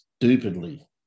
stupidly